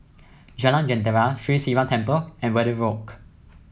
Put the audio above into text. Jalan Jentera Sri Sivan Temple and Verde Walk